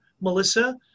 Melissa